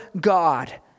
God